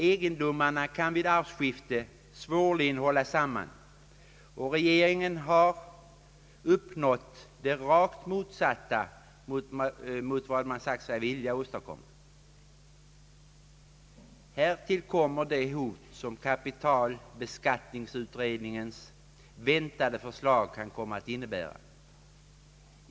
Egendomarna kan vid arvsskifte svårligen hållas samman, och regeringen har uppnått rakt motsatt effekt mot den, som den sagt sig vilja uppnå. Härtill kommer det hot som kapitalbeskattningsutredningens väntade förslag kan komma att innebära.